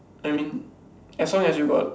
I mean as long as you got